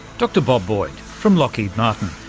dr bob boyd from lockheed martin,